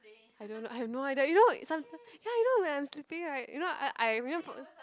I don't know I have no idea you know sometime ya you know when I'm sleeping right you know I I you know